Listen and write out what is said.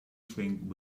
think